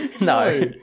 No